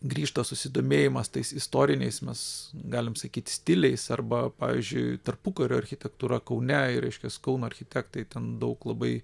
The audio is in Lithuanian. grįžta susidomėjimas tais istoriniais mes galim sakyti stiliais arba pavyzdžiui tarpukario architektūra kaune ir reiškias kauno architektai ten daug labai